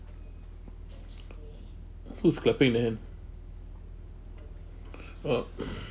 who's clapping then oh